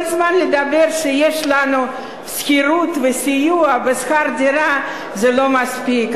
כל הזמן להגיד שיש לנו שכירות וסיוע בשכר דירה זה לא מספיק.